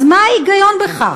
אז מה ההיגיון בכך?